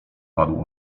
padł